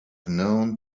known